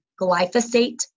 glyphosate